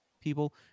people